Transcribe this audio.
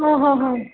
हा हा हा